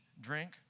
drink